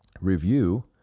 review